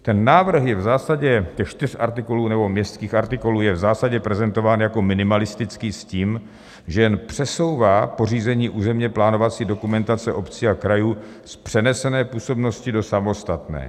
Ten návrh je v zásadě těch čtyř artikulů, nebo městských artikulů je v zásadě prezentován jako minimalistický s tím, že jen přesouvá pořízení územněplánovací dokumentace obcí a krajů z přenesené působnosti do samostatné.